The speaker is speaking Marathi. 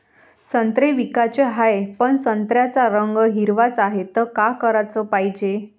संत्रे विकाचे हाये, पन संत्र्याचा रंग हिरवाच हाये, त का कराच पायजे?